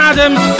Adams